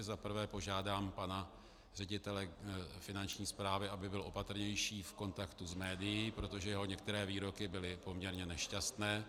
Za prvé požádám pana ředitele Finanční správy, aby byl opatrnější v kontaktu s médii, protože jeho některé výroky byly poměrně nešťastné.